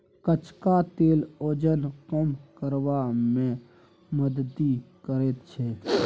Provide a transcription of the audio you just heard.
कचका तेल ओजन कम करबा मे मदति करैत छै